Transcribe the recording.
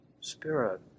spirit